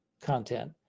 content